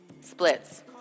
Splits